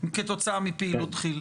כתוצאה מפעילות כי"ל.